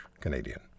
Canadian